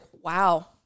wow